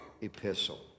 epistle